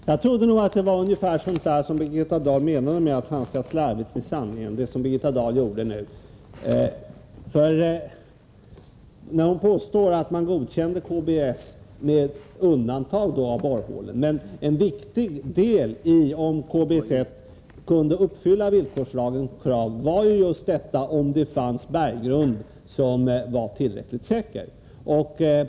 Herr talman! Det Birgitta Dahl nu gjorde trodde jag var ungefär det som hon menade med att handskas slarvigt med sanningen. Hon påstår nämligen att man godkände KBS 1 med undantag av borrhålen. Men en viktig del i frågan om KBS 1 kunde uppfylla villkorslagens krav var just om det fanns en tillräckligt säker berggrund.